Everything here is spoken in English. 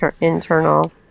internal